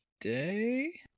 day